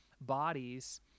bodies